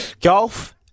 golf